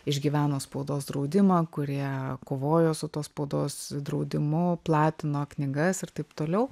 išgyveno spaudos draudimą kurie kovojo su tuo spaudos draudimu platino knygas ir taip toliau